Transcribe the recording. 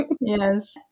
yes